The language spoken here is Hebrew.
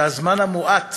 שהזמן המועט